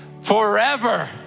forever